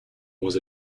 was